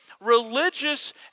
Religious